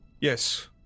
Yes